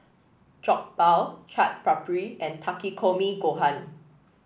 Jokbal Chaat Papri and Takikomi Gohan